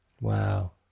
wow